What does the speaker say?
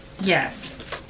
Yes